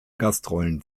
gastrollen